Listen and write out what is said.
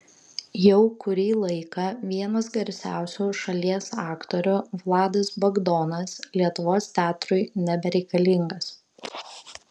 jau kurį laiką vienas garsiausių šalies aktorių vladas bagdonas lietuvos teatrui nebereikalingas